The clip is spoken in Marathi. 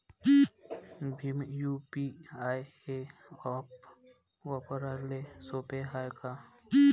भीम यू.पी.आय हे ॲप वापराले सोपे हाय का?